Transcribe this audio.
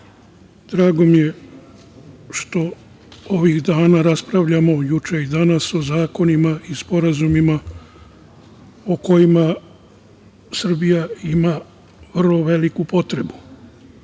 drago mi je što ovih dana raspravljamo, juče i danas o zakonima i sporazumima, o kojima Srbija ima veliku